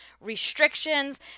restrictions